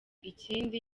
ikindi